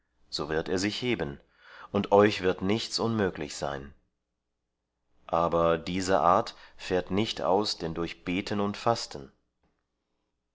so wird er sich heben und euch wird nichts unmöglich sein aber diese art fährt nicht aus denn durch beten und fasten